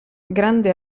grande